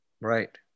Right